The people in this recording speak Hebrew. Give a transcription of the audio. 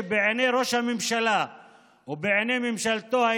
שבעיני ראש הממשלה ובעיני ממשלתו הוא